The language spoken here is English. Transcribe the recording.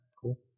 cool